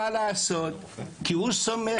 כי הוא סומך,